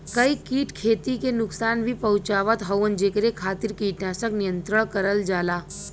कई कीट खेती के नुकसान भी पहुंचावत हउवन जेकरे खातिर कीटनाशक नियंत्रण करल जाला